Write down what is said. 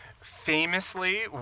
famously